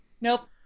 Nope